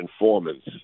informants